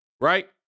right